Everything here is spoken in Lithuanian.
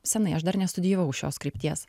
senai aš dar nestudijavau šios krypties